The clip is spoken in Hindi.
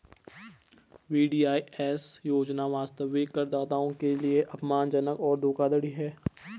वी.डी.आई.एस योजना वास्तविक करदाताओं के लिए अपमानजनक और धोखाधड़ी है